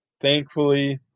Thankfully